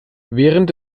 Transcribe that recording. während